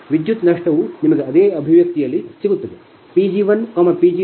ವಿದ್ಯುತ್ ನಷ್ಟವು ನಿಮಗೆ ಅದೇ ಅಭಿವ್ಯಕ್ತಿಯಲ್ಲಿ ಸಿಗುತ್ತದೆ